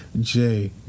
Jay